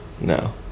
No